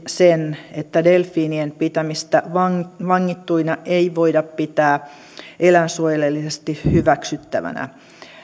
sen että delfiinien pitämistä vangittuina ei voida pitää eläinsuojelullisesti hyväksyttävänä